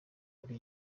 ari